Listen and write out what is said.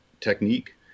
technique